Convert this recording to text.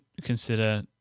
consider